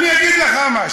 אני אגיד לך מה,